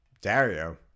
Dario